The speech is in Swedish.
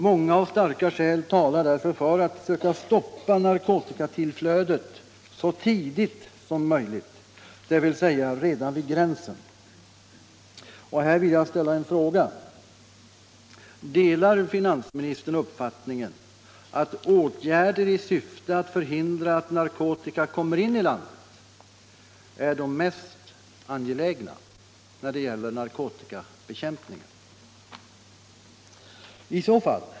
Många och starka skäl talar för att man skall försöka stoppa narkotikatillflödet så tidigt som möjligt, dvs. redan vid gränsen. Här vill jag ställa en fråga: Delar finansministern uppfattningen att åtgärder i syfte att förhindra att narkotika kommer in i landet är de mest angelägna när det gäller narkotikabekämpningen?